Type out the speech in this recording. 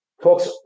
talks